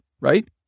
right